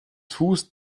fuß